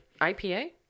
IPA